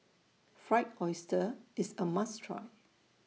Fried Oyster IS A must Try